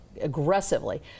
aggressively